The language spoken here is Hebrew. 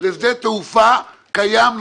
לשדה תעופה קיים,